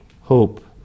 hope